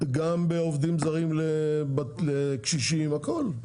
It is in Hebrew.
גם בעובדים זרים לקשישים, הכול.